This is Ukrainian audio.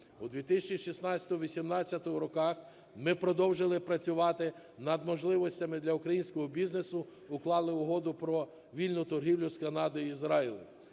У 2016-2018 роках ми продовжили працювати над можливостями для українського бізнесу: уклали Угоду про вільну торгівлю з Канадою і Ізраїлем.